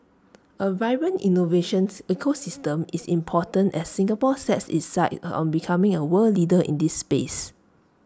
A vibrant innovations ecosystem is important as Singapore sets its sights on becoming A world leader in this space